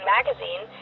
Magazine